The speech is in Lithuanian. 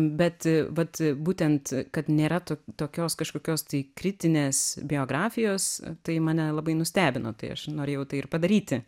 bet vat būtent kad nėra to tokios kažkokios tai kritinės biografijos tai mane labai nustebino tai aš norėjau tai ir padaryti